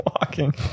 walking